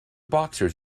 boxers